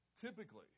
Typically